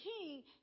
king